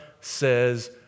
says